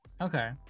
Okay